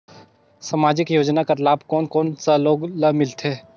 समाजिक योजना कर लाभ कोन कोन सा लोग ला मिलथे?